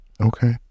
Okay